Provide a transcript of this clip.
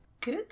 good